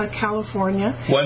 California